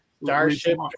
Starship